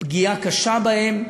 פגיעה קשה בהם.